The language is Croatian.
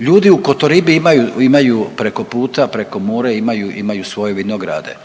Ljudi u Kotoribi imaju, imaju preko puta, preko mora imaju, imaju svoje vinograde,